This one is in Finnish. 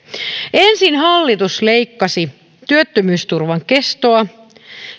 ensin hallitus leikkasi työttömyysturvan kestoa